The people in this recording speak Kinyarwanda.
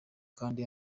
kandi